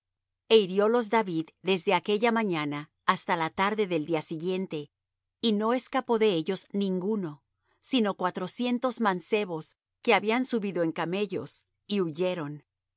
e hiriólos david desde aquella mañana hasta la tarde del día siguiente y no escapó de ellos ninguno sino cuatrocientos mancebos que habían subido en camellos y huyeron